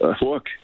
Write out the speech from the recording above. look